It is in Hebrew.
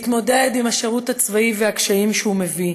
להתמודד עם השירות הצבאי והקשיים שהוא מביא